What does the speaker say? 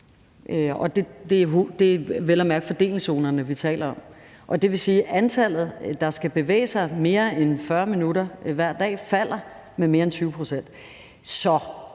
det er vel at mærke fordelingszonerne, vi taler om. Det vil sige, at antallet, der skal bevæge sig mere end 40 minutter hver dag, falder med mere end 20 pct.